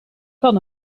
kan